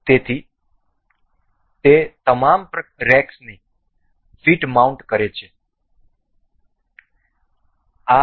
તેથી તે તમામ રેક્સને ફિટ માઉન્ટ કરે છે